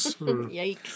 Yikes